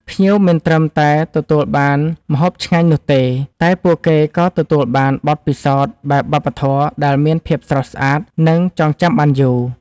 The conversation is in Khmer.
ភ្ញៀវមិនត្រឹមតែទទួលបានម្ហូបឆ្ងាញ់នោះទេ តែពួកគេក៏ទទួលបានបទពិសោធន៍បែបវប្បធម៌ដែលមានភាពស្រស់ស្អាត និងចងចាំបានយូរ។